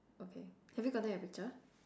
okay have you gotten your picture